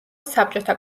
საბჭოთა